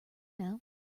now